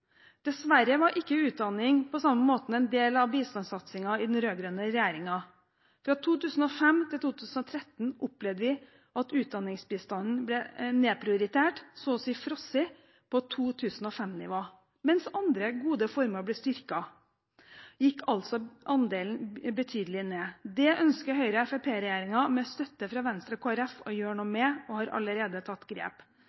Dessverre var ikke utdanning på samme måten en del av bistandssatsingen i den rød-grønne regjeringen. Fra 2005 til 2013 opplevde vi at utdanningsbistanden ble nedprioritert – så å si frosset – på 2005-nivå. Mens andre gode formål ble styrket, gikk altså andelen betydelig ned. Det ønsker Høyre–Fremskrittsparti-regjeringen med støtte fra Venstre og Kristelig Folkeparti å gjøre noe